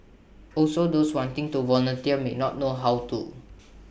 also those wanting to volunteer may not know how to